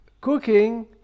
cooking